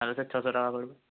তাহলে স্যার ছশো টাকা পড়বে